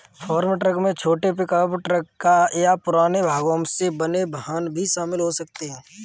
farm truck में छोटे pickup truck या पुराने भागों से बने वाहन भी शामिल हो सकते हैं